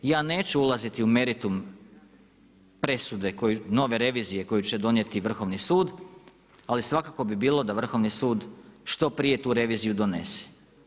Ja neću ulaziti u meritum presude nove revizije koju će donijeti Vrhovni sud, ali svakako bi bilo da Vrhovni sud što prije tu reviziju donese.